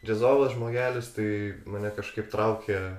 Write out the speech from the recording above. džiazovas žmogelis tai mane kažkaip traukė